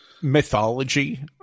mythology